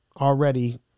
already